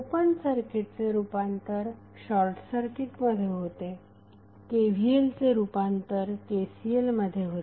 open सर्किटचे रूपांतर शॉर्टसर्किटमध्ये होते KVL चे रूपांतर KCL मध्ये होते